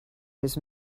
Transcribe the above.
his